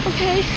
Okay